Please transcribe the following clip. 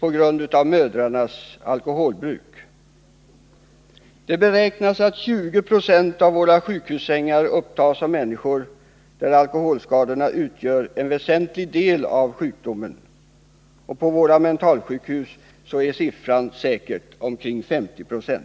på grund av mödrarnas alkoholbruk. Det beräknas att 20 90 av våra sjukhussängar upptas av människor hos vilka alkoholskadorna utgör en väsentlig del av sjukdomen. På våra mentalsjukhus är siffran säkert omkring 50 90.